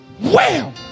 Wow